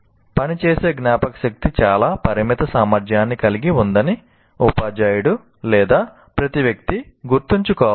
పని చేసే జ్ఞాపకశక్తి చాలా పరిమిత సామర్థ్యాన్ని కలిగి ఉందని ఉపాధ్యాయుడు లేదా ప్రతి వ్యక్తి గుర్తుంచుకోవాలి